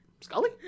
Scully